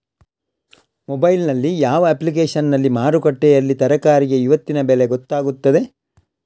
Mobile ನಲ್ಲಿ ಯಾವ ಅಪ್ಲಿಕೇಶನ್ನಲ್ಲಿ ಮಾರುಕಟ್ಟೆಯಲ್ಲಿ ತರಕಾರಿಗೆ ಇವತ್ತಿನ ಬೆಲೆ ಗೊತ್ತಾಗುತ್ತದೆ?